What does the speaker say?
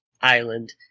island